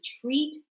treat